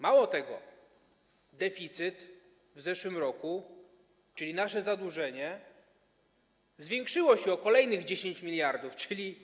Mało tego, deficyt w zeszłym roku, nasze zadłużenie, zwiększył się o kolejnych 10 mld zł.